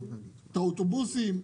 את האוטובוסים,